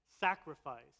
sacrifice